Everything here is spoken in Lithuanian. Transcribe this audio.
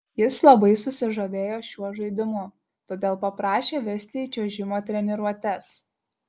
jis labai susižavėjo šiuo žaidimu todėl paprašė vesti į čiuožimo treniruotes